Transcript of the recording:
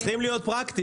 צריכים להיות פרקטיים.